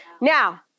Now